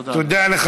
תודה, אדוני.